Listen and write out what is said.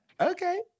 Okay